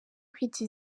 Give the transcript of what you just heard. kwita